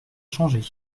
changé